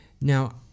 Now